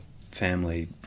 family